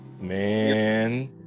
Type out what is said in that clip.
Man